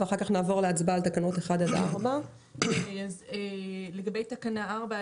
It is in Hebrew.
ואחר כך נעבור להצבעה על תקנות 1 4. לגבי תקנה 4,